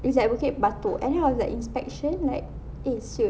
it's at bukit batok and then I was like inspection like eh [siol]